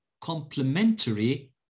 complementary